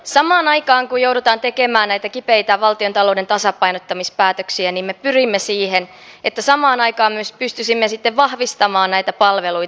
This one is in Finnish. samaan aikaan kun joudutaan tekemään näitä kipeitä valtiontalou den tasapainottamispäätöksiä me pyrimme siihen että pystyisimme sitten myös vahvistamaan näitä palveluita